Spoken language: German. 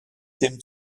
dem